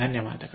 ಧನ್ಯವಾದಗಳು